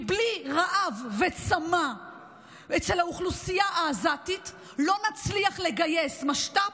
כי בלי רעב וצמא אצל האוכלוסייה העזתית לא נצליח לגייס משת"פ,